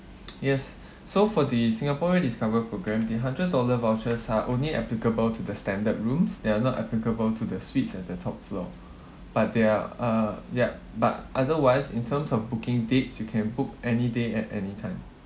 yes so for the singapore rediscover program the hundred dollar vouchers are only applicable to the standard rooms they are not applicable to the suites at the top floor but there are uh yup but otherwise in terms of booking dates you can book any day at any time